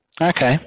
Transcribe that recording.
okay